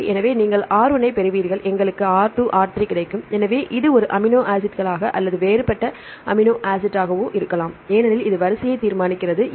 எனவே நீங்கள் R1 ஐப் பெறுவீர்கள் எங்களுக்கு R2 R3 கிடைக்கும் எனவே இது ஒரே அமினோ ஆசிட்களாக அல்லது வேறுபட்ட அமினோ ஆசிட்டாகவோ இருக்கலாம் ஏனெனில் இது வரிசையை தீர்மானிக்கிறது